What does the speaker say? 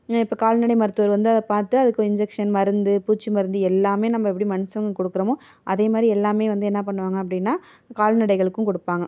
இப்போ கால்நடை மருத்துவர் வந்து அதை பார்த்து அதுக்கு இன்ஜக்ஷன் மருந்து பூச்சி மருந்து எல்லாமே நம்ம எப்படி மனுஷங்களுக்கு கொடுக்குறோமோ அதேமாதிரி எல்லாமே வந்து என்ன பண்ணுவாங்கள் அப்படின்னா கால்நடைகளுக்கும் கொடுப்பாங்க